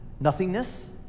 nothingness